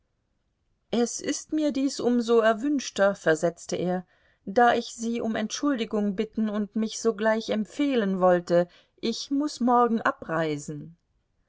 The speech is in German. es ist mir dies um so erwünschter versetzte er da ich sie um entschuldigung bitten und mich sogleich empfehlen wollte ich muß morgen abreisen